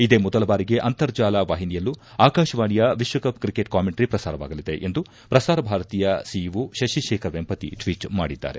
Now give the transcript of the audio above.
ಇದೇ ಮೊದಲ ಬಾರಿಗೆ ಅಂತರ್ಜಾಲ ವಾಹಿನಿಯಲ್ಲೂ ಆಕಾಶವಾಣಿಯ ವಿಶ್ವಕಪ್ ಕ್ರಿಕೆಟ್ ಕಾಮೆಂಟ್ರ ಪ್ರಸಾರವಾಗಲಿದೆ ಎಂದು ಪ್ರಸಾರ ಭಾರತಿಯ ಸಿಇಒ ಶಶಿಶೇಖರ್ ವೆಂಪತಿ ಟ್ವೀಟ್ ಮಾಡಿದ್ದಾರೆ